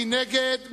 מי נגד?